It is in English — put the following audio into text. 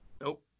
Nope